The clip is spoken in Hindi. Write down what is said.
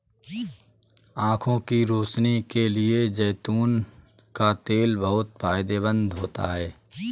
आंखों की रोशनी के लिए जैतून का तेल बहुत फायदेमंद होता है